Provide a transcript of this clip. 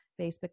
Facebook